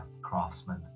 craftsmen